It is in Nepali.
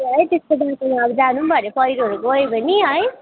है त्यस्तो बाटो अब जानु पनि पहिरोहरू गयो भने है